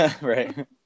right